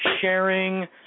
sharing